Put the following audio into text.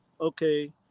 okay